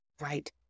Right